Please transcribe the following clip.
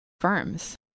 firms